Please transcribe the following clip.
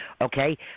okay